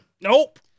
Nope